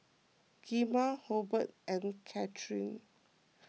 Gemma Hobert and Katlynn